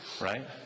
right